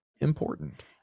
important